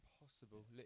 impossible